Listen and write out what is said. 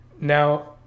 Now